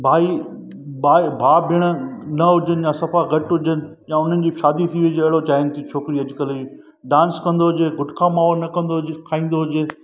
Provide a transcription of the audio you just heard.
भाई भा भाउ भेण न हुजनि या सफ़ा घटि हुजनि या उन्हनि जी बि शादी थी वेई हुजे अहिड़ो चाहिनि थी छोकिरी अॼुकल्ह जूं डांस कंदो हुजे गुटका माओं न कंदो हुजे खाईंदो हुजे